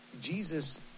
Jesus